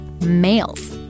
males